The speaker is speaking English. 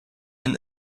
and